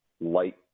light